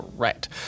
Right